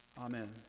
Amen